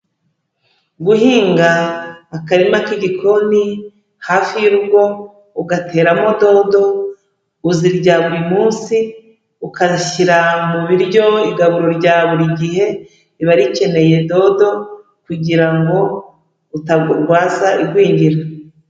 Guhinga akarima k'igikoni hafi y'urugo ugateramo dodo, uzirya buri munsi, ukazishyira mu biryo igaburo rya buri gihe, riba rikeneye dodo kugira ngo utamurwaza igwingira.